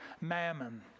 mammon